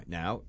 now